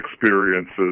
experiences